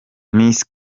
miss